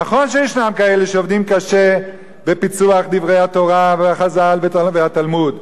נכון שיש כאלה שעובדים קשה בפיצוח דברי התורה וחז"ל והתלמוד,